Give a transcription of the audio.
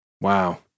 Wow